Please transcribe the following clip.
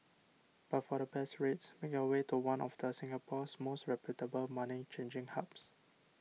but for the best rates make your way to one of the Singapore's most reputable money changing hubs